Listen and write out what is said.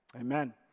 Amen